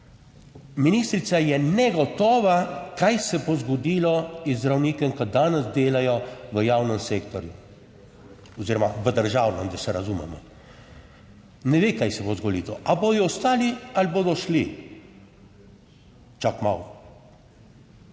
Ministrica je negotova, kaj se bo zgodilo z zdravnikom, ki danes delajo v javnem sektorju oziroma v državnem, da se razumemo. Ne ve, kaj se bo zgodilo, ali bodo ostali ali bodo šli. Čakaj malo,